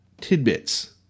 tidbits